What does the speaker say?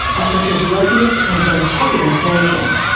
africa's wealthiest and most populous nation.